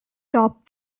top